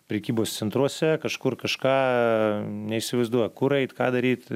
prekybos centruose kažkur kažką neįsivaizduoju kur eit ką daryt